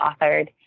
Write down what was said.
authored